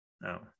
No